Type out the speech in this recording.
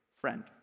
friend